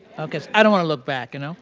okay, i don't want to look back, you know.